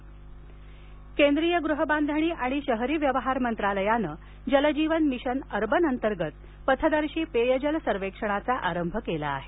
पेय जल सर्वेक्षण केंद्रीय गृहबांधणी आणि शहरी व्यवहार मंत्रालयानं जल जीवन मिशन अर्बन अंतर्गत पथदर्शी पेय जल सर्वेक्षणाचा आरंभ केला आहे